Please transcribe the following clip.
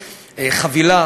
2. חבילה,